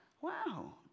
wow